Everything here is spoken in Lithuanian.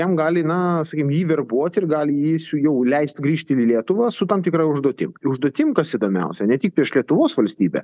jam gali na sakykim jį verbuot ir gali jį jau leist grįžti į lietuvą su tam tikra užduotim užduotim kas įdomiausia ne tik prieš lietuvos valstybę